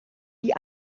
die